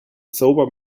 sober